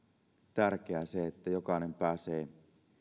tärkeää se että jokainen pääsee